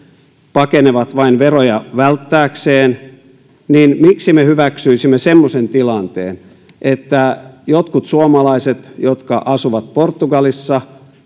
pakenevat vain veroja välttääkseen niin miksi me hyväksyisimme semmoisen tilanteen että jotkut suomalaiset jotka asuvat portugalissa